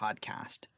podcast